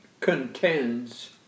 contends